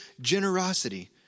generosity